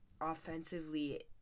offensively